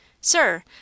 Sir